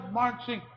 marching